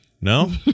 No